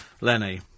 Lenny